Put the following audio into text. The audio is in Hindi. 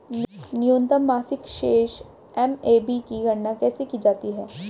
न्यूनतम मासिक शेष एम.ए.बी की गणना कैसे की जाती है?